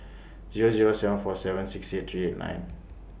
Zero Zero seven four seven six eight three eight nine